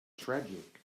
tragic